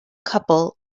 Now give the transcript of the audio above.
couple